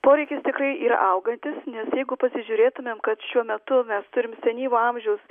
poreikis tikrai yra augantis nes jeigu pasižiūrėtumėm kad šiuo metu mes turim senyvo amžiaus